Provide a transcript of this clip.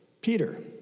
Peter